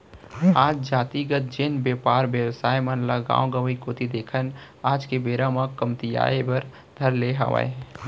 आज जातिगत जेन बेपार बेवसाय मन ल गाँव गंवाई कोती देखन आज के बेरा म कमतियाये बर धर ले हावय